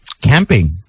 camping